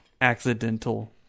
accidental